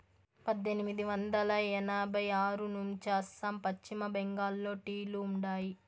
పద్దెనిమిది వందల ఎనభై ఆరు నుంచే అస్సాం, పశ్చిమ బెంగాల్లో టీ లు ఉండాయి